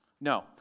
No